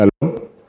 Hello